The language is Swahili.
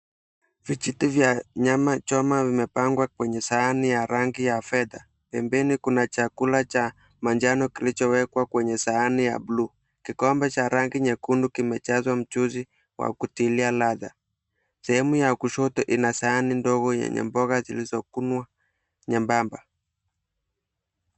Vijiti vya nyama choma vimepangwa kwenye sahani ya rangi ya fedha. Pembeni kuna chakula cha manjano kilichowekwa kwenye sahani ya buluu. Kikombe cha rangi nyekundu kimejazwa mchuzi wa kutilia ladha. Sehemu ya kushoto ina sahani ndogo yenye mboga zilizokunwa nyembamba.